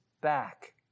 back